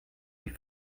die